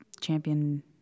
champion